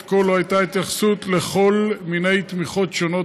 עד כה לא הייתה התייחסות לכל מיני תמיכות שונות